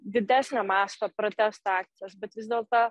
didesnio masto protesto akcijos bet vis dėlto